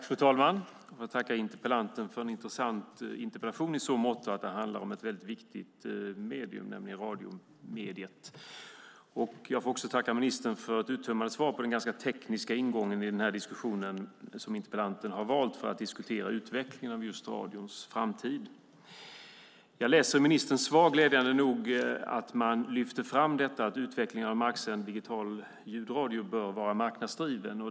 Fru talman! Jag vill tacka interpellanten för en interpellation som är intressant eftersom den handlar om ett viktigt medium, nämligen radio. Jag vill också tacka ministern för ett uttömmande svar på den tekniska ingången som interpellanten har valt för att diskutera utvecklingen av radions framtid. I ministerns svar läser jag till min glädje att man lyfter fram att utvecklingen av marksänd digital ljudradio bör vara marknadsdriven.